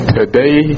today